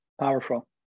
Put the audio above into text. powerful